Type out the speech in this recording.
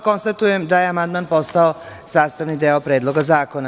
Konstatujem da je amandman postao sastavni deo Predloga zakona.